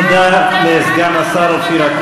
אני רוצה לדעת, תודה לסגן השר אופיר.